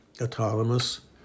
autonomous